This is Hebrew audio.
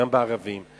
גם אצל הערבים,